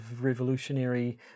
revolutionary